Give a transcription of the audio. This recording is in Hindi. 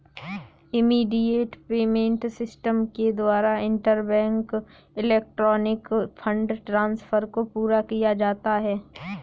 इमीडिएट पेमेंट सिस्टम के द्वारा इंटरबैंक इलेक्ट्रॉनिक फंड ट्रांसफर को पूरा किया जाता है